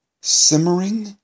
simmering